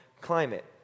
climate